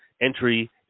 entry